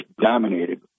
dominated